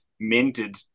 minted